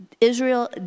Israel